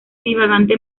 divagante